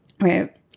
Right